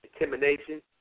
intimidation